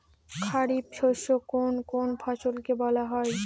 খারিফ শস্য কোন কোন ফসলকে বলা হয়?